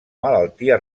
malaltia